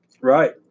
Right